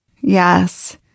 Yes